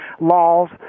laws